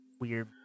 weird